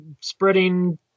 spreading